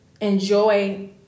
enjoy